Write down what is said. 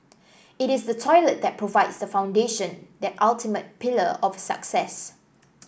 it is the toilet that provides the foundation that ultimate pillar of success